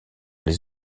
les